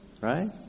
right